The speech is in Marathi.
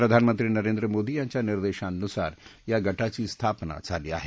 प्रधानमंत्री नरेंद्र मोदी यांच्या निर्देशांनुसार या गटाची स्थापना झाली आहे